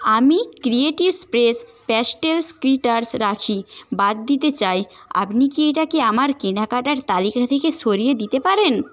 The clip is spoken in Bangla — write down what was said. আমি ক্রিয়েটিভ স্পেস প্যাস্টেল ক্রিটার্স রাখি বাদ দিতে চাই আপনি কি এইটাকে আমার কেনাকাটার তালিকা থেকে সরিয়ে দিতে পারেন